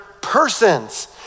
persons